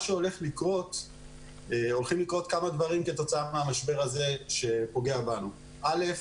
הולכים לקרות כמה דברים כתוצאה מהמשבר הזה שפוגע בנו: א.